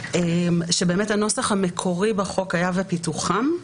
שבאמת הנוסח המקורי בחוק היה "ופיתוחם".